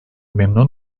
memnun